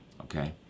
Okay